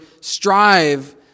strive